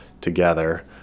together